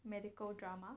medical drama